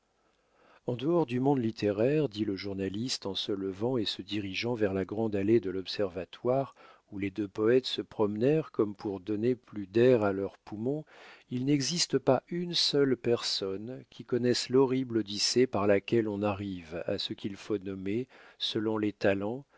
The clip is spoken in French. en dehors du monde littéraire dit le journaliste en se levant et se dirigeant vers la grande allée de l'observatoire où les deux poètes se promenèrent comme pour donner plus d'air à leurs poumons il n'existe pas une seule personne qui connaisse l'horrible odyssée par laquelle on arrive à ce qu'il faut nommer selon les talents